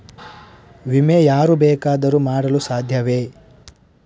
ವಿಮೆ ಯಾರು ಬೇಕಾದರೂ ಮಾಡಲು ಸಾಧ್ಯವೇ?